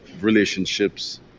relationships